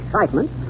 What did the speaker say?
excitement